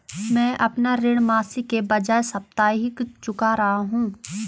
मैं अपना ऋण मासिक के बजाय साप्ताहिक चुका रहा हूँ